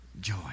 joy